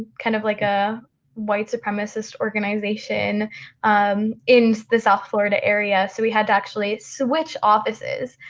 kind of like a white supremacist organization in the south florida area. so we had to actually switch offices.